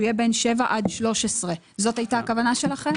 יהיה בן 7 עד 13. זאת הייתה הכוונה שלכם?